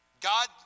God